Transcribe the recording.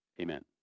Amen